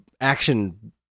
action